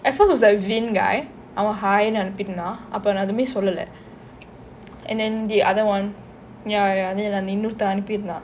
at first was the vin guy அவன் ஹினு அனுப்பியிருந்தான் அப்ப நான் எதுவுமே சொல்லலே:avan hinu anuppiruntha appa naan ethuvume sollale and then the other one ya ya then antha இன்னோறுத்தேன் அனுப்பியிருந்தான்:innorutthen anuppirunthaan